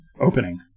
opening